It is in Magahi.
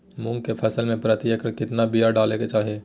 मूंग की फसल में प्रति एकड़ कितना बिया डाले के चाही?